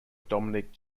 dominic